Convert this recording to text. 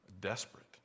desperate